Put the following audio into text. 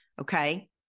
okay